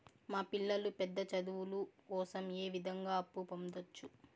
మా పిల్లలు పెద్ద చదువులు కోసం ఏ విధంగా అప్పు పొందొచ్చు?